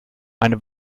eine